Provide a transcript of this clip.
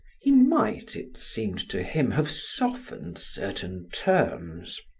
he might, it seemed to him, have softened certain terms.